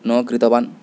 न कृतवान्